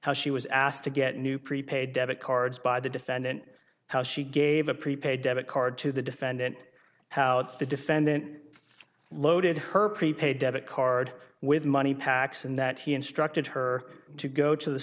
how she was asked to get new prepaid debit cards by the defendant how she gave a prepaid debit card to the defendant how the defendant loaded her prepaid debit card with money packs and that he instructed her to go to the